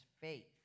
faith